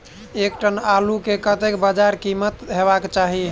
एक टन आलु केँ कतेक बजार कीमत हेबाक चाहि?